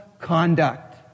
conduct